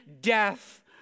death